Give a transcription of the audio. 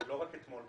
לא רק אתמול,